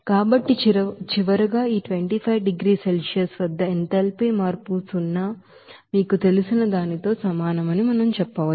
కాబట్టి చివరగా ఈ 25 డిగ్రీల సెల్సియస్ వద్ద ఎంథాల్పీ మార్పు సున్నా మీకు తెలిసినదానితో సమానమని మనం చెప్పవచ్చు